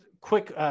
quick